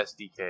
SDK